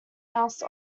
house